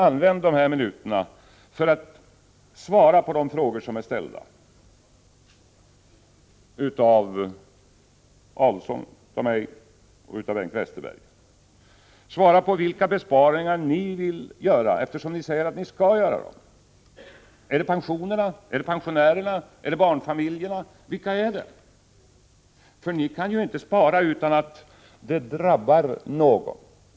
Använd dessa minuter för att svara på de frågor som har ställts av Ulf Adelsohn, mig och Bengt Westerberg. Svara på frågan vilka besparingar som ni vill göra — ni säger ju att ni skall göra besparingar! Gäller det pensionärerna eller barnfamiljerna? Vilka gäller det? Ni kan ju inte spara utan att det drabbar någon.